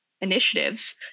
initiatives